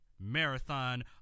Marathon